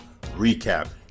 Recap